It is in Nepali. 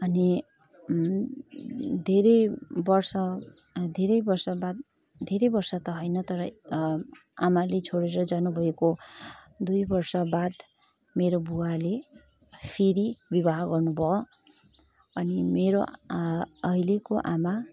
अनि धेरै वर्ष धेरै वर्ष बाद धेरै वर्ष त होइन तर आमाले छोडेर जानुभएको दुई वर्ष बाद मेरो बुवाले फेरि विवाह गर्नुभयो अनि मेरो अहिलेको आमा